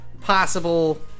possible